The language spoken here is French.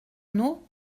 guano